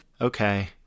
Okay